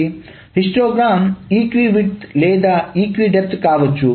కాబట్టి histogram equi వెడల్పు లేదా ఈక్వి డెప్త్ కావచ్చు